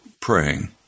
praying